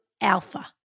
alpha